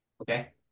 Okay